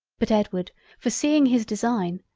but edward foreseeing his design,